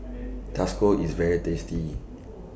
IS very tasty